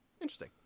Interesting